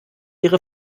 ihre